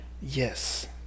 Yes